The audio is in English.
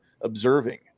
observing